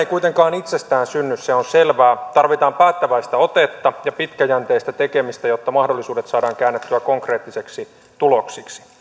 kuitenkaan itsestään synny se on selvää tarvitaan päättäväistä otetta ja pitkäjänteistä tekemistä jotta mahdollisuudet saadaan käännettyä konkreettisiksi tuloksiksi